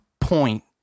point